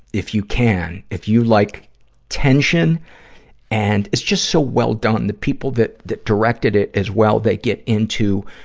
if you can, if you like tension and it's just so well-done. the people that, that directed it, as well, they get into,